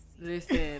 Listen